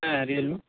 হ্যাঁ রিয়েলমি